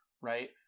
right